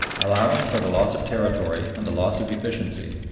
allowing for the loss of territory and the loss of efficiency,